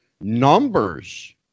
numbers